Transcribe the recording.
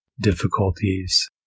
difficulties